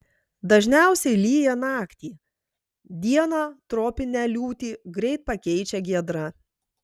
dažniausiai lyja naktį dieną tropinę liūtį greit pakeičia giedra